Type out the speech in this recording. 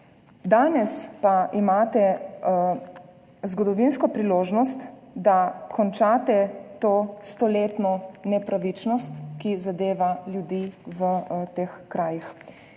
danes pa imate zgodovinsko priložnost, da končate to stoletno nepravičnost, ki zadeva ljudi v teh krajih.